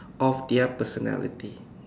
of their personality